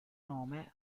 nome